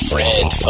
Friend